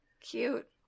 Cute